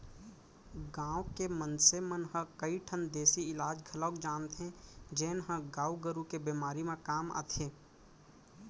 गांव के मनसे मन ह कई ठन देसी इलाज घलौक जानथें जेन ह गाय गरू के बेमारी म काम आथे